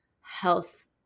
health